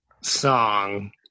song